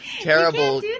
terrible